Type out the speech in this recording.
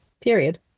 Period